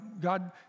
God